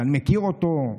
שאני מכיר אותו.